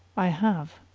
i have.